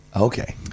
Okay